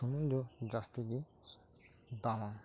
ᱥᱩᱱᱩᱢ ᱫᱚ ᱡᱟᱹᱥᱛᱤ ᱜᱮ ᱫᱟᱢᱟ